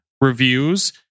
Reviews